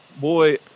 boy